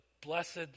blessed